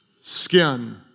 skin